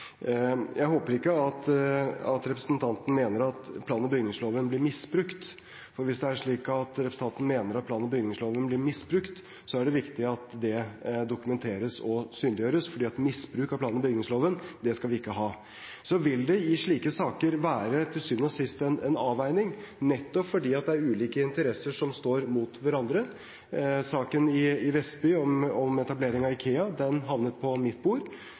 slik at representanten mener at plan- og bygningsloven ble misbrukt, er det viktig at det dokumenteres og synliggjøres. Misbruk av plan- og bygningsloven skal vi ikke ha. Så vil det i slike saker til syvende og sist være en avveining, nettopp fordi det er ulike interesser som står mot hverandre. Saken i Vestby om etablering av Ikea havnet på mitt bord,